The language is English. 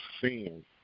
seeing